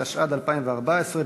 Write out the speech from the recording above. התשע"ד 2014,